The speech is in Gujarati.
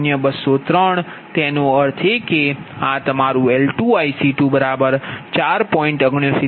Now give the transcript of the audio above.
0203 એનો અર્થ એ કે આ તમારુંL2IC24